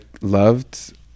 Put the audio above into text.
loved